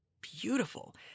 beautiful